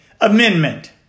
Amendment